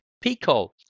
Pico